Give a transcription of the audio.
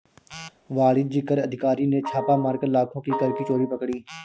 वाणिज्य कर अधिकारी ने छापा मारकर लाखों की कर की चोरी पकड़ी